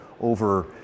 over